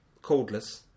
Cordless